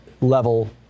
level